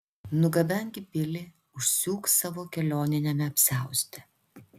nugabenk į pilį užsiūk savo kelioniniame apsiauste